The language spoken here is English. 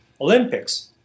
Olympics